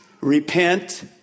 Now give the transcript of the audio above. repent